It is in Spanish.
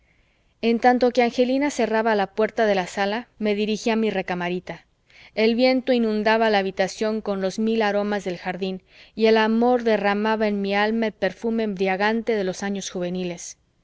en tanto que angelina cerraba la puerta de la sala me dirigí a mi recamarita el viento inundaba la habitación con los mil aromas del jardín y el amor derramaba en mi alma el perfume embriagante de los años juveniles